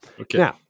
okay